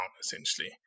essentially